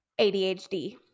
ADHD